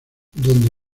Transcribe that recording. donde